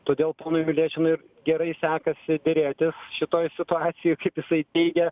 todėl ponui milečinui ir gerai sekas derėtis šitoj situacijoj kaip jisai teigia